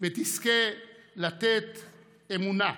ותזכה לתת אמונהּ: